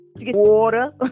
water